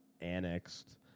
annexed